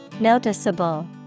Noticeable